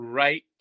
right